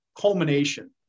culmination